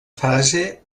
fase